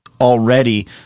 already